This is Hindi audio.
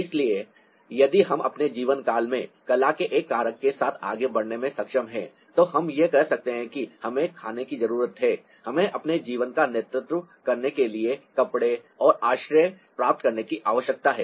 इसलिए यदि हम अपने जीवन में कला के एक कारक के साथ आगे बढ़ने में सक्षम हैं तो हम कह सकते हैं कि हमें खाने की जरूरत है हमें अपने जीवन का नेतृत्व करने के लिए कपड़े और आश्रय प्राप्त करने की आवश्यकता है